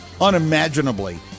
unimaginably